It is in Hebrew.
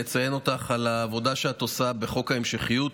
לציין אותך על העבודה שאת עושה בחוק ההמשכיות,